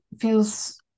feels